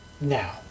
Now